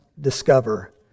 discover